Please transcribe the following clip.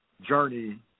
journey